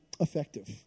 effective